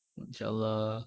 masyaallah